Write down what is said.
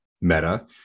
meta